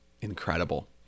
incredible